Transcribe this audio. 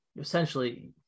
essentially